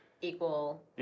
equal